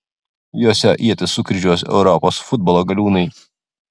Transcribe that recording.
jose ietis sukryžiuos europos futbolo galiūnai